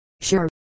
sure